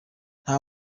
nta